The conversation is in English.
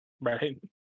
Right